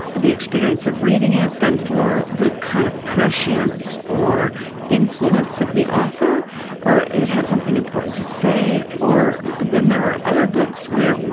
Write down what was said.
the experience of reading it then for the kind of preciousness or influence of the author or it had something important to say. or then there are other books where.